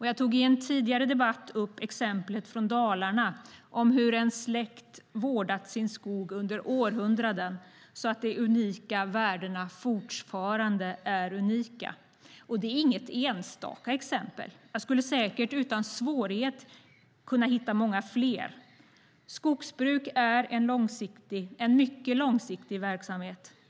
Jag tog i en tidigare debatt upp exemplet från Dalarna om hur en släkt vårdat sin skog under århundraden så att de unika värdena fortfarande är unika. Det är inget enstaka exempel. Jag skulle säkert utan svårighet kunna hitta många fler. Skogsbruk är en mycket långsiktig verksamhet.